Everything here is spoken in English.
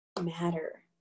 matter